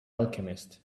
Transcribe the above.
alchemist